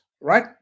right